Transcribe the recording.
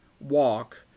walk